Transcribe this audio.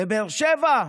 לבאר שבע?